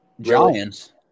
Giants